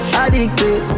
addicted